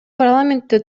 парламентте